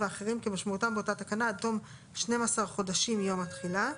האחרים כמשמעותם באותה תקנה עד תום 12 חודשים מיום התחילה.